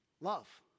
Love